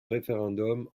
référendum